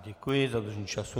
Děkuji za dodržení času.